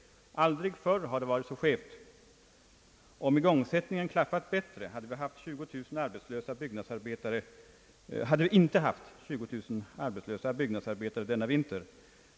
Aldrig förr har det varit så skevt. Om igångsättningen klaffat bättre, hade vi inte haft 20 000 arbetslösa byggnadsarbetare denna vinter.